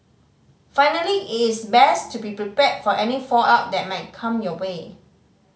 finally it's best to be prepared for any fallout that might come your way